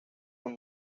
con